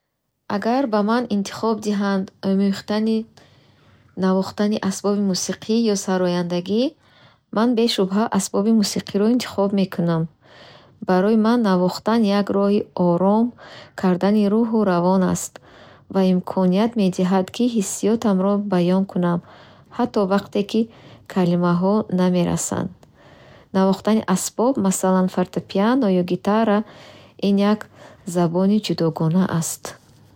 Агар ба ман интихоб диҳанд омӯхтани навохтани асбоби мусиқӣ ё сарояндагӣ, ман бешубҳа асбоби мусиқиро интихоб мекардам. Барои ман, навохтан як роҳи ором кардани рӯҳу равон аст ва имконият медиҳад, ки ҳиссиётамро баён кунам, ҳатто вақте ки калимаҳо намерасанд. Навохтани асбоб масалан, фортепиано ё гитара, ин як забони ҷудогона аст.